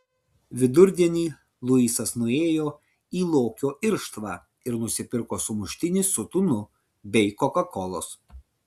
vidurdienį luisas nuėjo į lokio irštvą ir nusipirko sumuštinį su tunu bei kokakolos